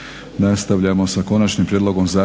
Nastavljamo sa: - Konačnim prijedlogom